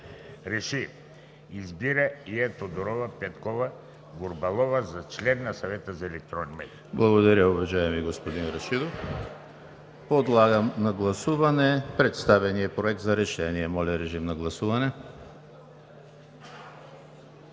РЕШИ: Избира Ия Тодорова Петкова-Гурбалова за член на Съвета за електронни медии.“